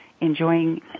enjoying